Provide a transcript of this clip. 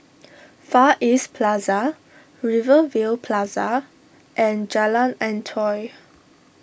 Far East Plaza Rivervale Plaza and Jalan Antoi